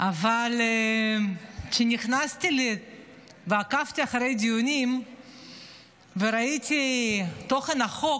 אבל כשנכנסתי ועקבתי אחרי הדיונים וראיתי את תוכן החוק,